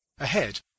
Ahead